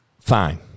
fine